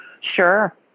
Sure